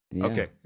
Okay